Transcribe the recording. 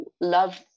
love